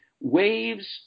waves